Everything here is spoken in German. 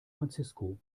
francisco